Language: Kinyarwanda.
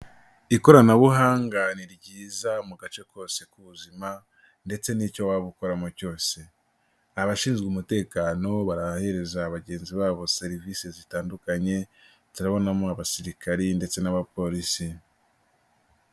Ikoranabuhanga ni ryiza mu gace kose k'ubuzima ndetse n'icyo waba ukoramo cyose. Abashinzwe umutekano barahereza bagenzi babo serivisi zitandukanye, turabonamo abasirikare ndetse n'abapolisi.